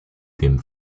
dem